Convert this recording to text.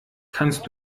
kannst